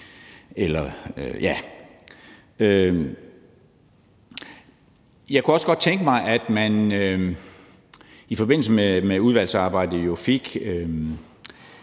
Jeg kunne også godt tænke mig, at man i forbindelse med udvalgsarbejdet fik